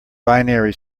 binary